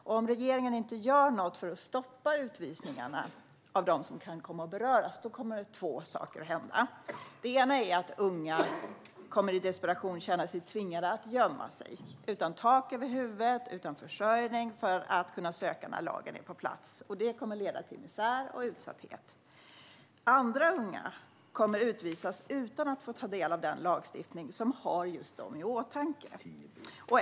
Om regeringen inte gör något för att stoppa utvisningarna av dem som kan komma att beröras kommer två saker att hända: En del unga kommer i desperation att känna sig tvingade att gömma sig - utan tak över huvudet och utan försörjning - för att kunna söka när lagen är på plats. Det kommer att leda till misär och utsatthet. Andra unga kommer att utvisas utan att få ta del av den lagstiftning som har just dem i åtanke.